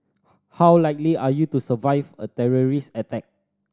how likely are you to survive a terrorist attack